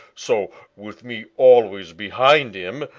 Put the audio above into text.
so with me always behind him,